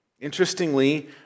Interestingly